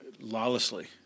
lawlessly